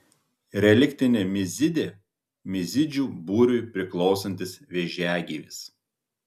reliktinė mizidė mizidžių būriui priklausantis vėžiagyvis